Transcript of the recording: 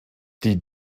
die